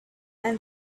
and